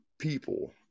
people